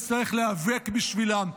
אצטרך להיאבק בשבילם,